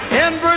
in-